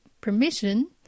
permission